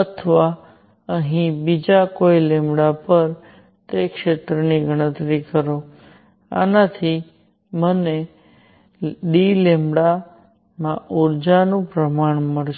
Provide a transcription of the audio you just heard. અથવા અહીં બીજા કોઈ પર તે ક્ષેત્રની ગણતરી કરો આનાથી મને આ dλ માં ઊર્જાનું પ્રમાણ મળશે